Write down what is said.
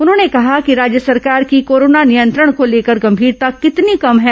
उन्होंने कहा है कि राज्य सरकार की कोरोना नियंत्रण को लेकर गंभीरता कितनी कम है